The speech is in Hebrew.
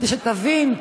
כדי שתבין,